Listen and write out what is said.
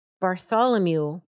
Bartholomew